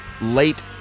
late